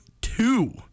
two